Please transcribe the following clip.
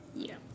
yup